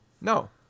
No